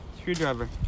Screwdriver